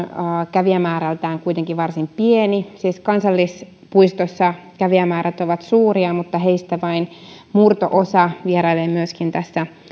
kävijämäärältään kuitenkin varsin pieni siis kansallispuistossa kävijämäärät ovat suuria mutta heistä vain murto osa vierailee myöskin tässä